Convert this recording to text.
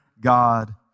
God